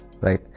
right